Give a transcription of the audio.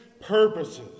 purposes